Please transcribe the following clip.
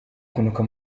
kunuka